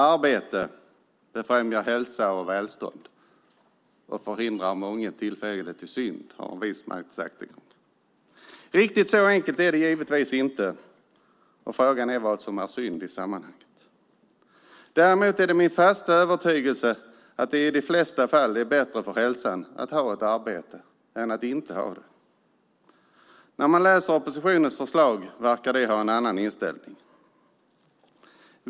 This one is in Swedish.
Arbete främjar hälsa och välstånd och förhindrar månget tillfälle till synd, lär en vis man ha sagt. Riktigt så enkelt är det givetvis inte. Frågan är vad som är synd i sammanhanget. Men det är min fasta övertygelse att det i de flesta fall är bättre för hälsan att ha ett arbete än att inte ha det. När man läser oppositionens förslag ser man att de har en annan inställning.